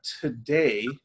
today